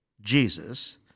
Jesus